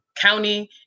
county